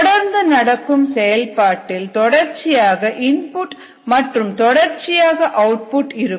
தொடர்ந்து நடக்கும் செயல்பாட்டில் தொடர்ச்சியாக இன்புட் மற்றும் தொடர்ச்சியாக அவுட்புட் இருக்கும்